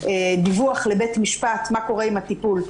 דיווח לבית משפט מה קורה עם הטיפול.